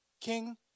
king